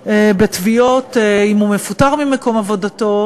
בתביעות אם הוא מפוטר ממקום עבודתו,